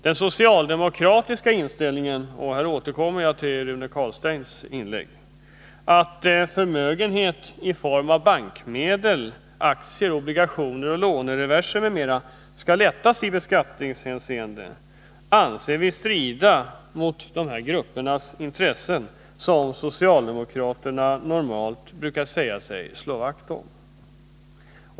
Den socialdemokratiska inställningen — här återkommer jag till Rune Carlsteins inlägg — att förmögenhet i form av bankmedel, aktier, obligationer, lånereverser m.m. skall väga lättare i beskattningshänseende anser vi strida mot de gruppers intressen som socialdemokraterna normalt brukar säga sig slå vakt om.